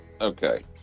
Okay